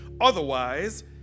Otherwise